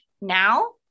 Now